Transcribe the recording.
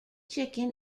chicken